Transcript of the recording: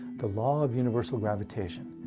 the law of universal gravitation.